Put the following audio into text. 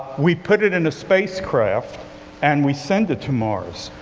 we put it in a spacecraft and we send it to mars.